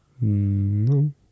No